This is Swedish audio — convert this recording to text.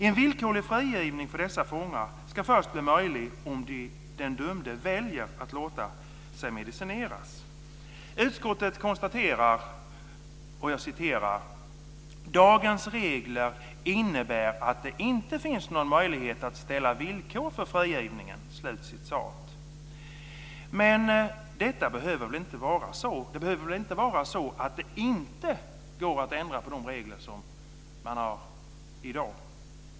En villkorlig frigivning för dessa fångar ska först bli möjlig om den dömde väljer att låta sig medicineras. "Dagens regler innebär att det inte finns någon möjlighet att ställa villkor för frigivningen." Men det behöver väl inte vara så att det inte går att ändra på de regler man har i dag?